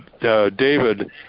David